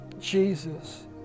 Jesus